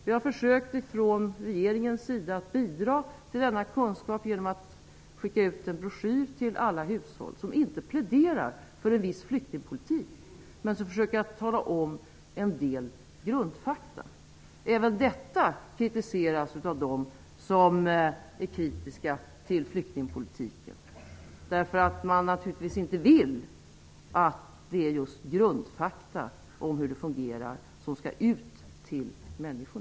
Vi från regeringen har försökt att bidra till denna kunskap genom att skicka ut en broschyr till alla hushåll. I denna broschyr pläderas det inte för en viss flyktingpolitik, utan man försöker att redovisa en del grundfakta. Även detta kritiseras av dem som är kritiska mot flyktingpolitiken. Man vill naturligtvis inte att grundfakta om hur det fungerar skall nå ut till människor.